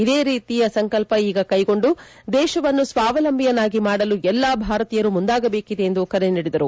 ಇದೇ ರೀತಿಯ ಸಂಕಲ್ಪ ಈಗ ಕೈಗೊಂಡು ದೇಶವನ್ನು ಸ್ವಾವಲಂಬಿಯನ್ನಾಗಿ ಮಾಡಲು ಎಲ್ಲ ಭಾರತೀಯರು ಮುಂದಾಗಬೇಕಿದೆ ಎಂದು ಕರೆ ನೀಡಿದರು